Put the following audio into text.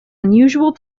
unusual